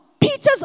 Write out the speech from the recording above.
Peter's